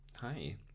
Hi